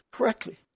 correctly